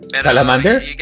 salamander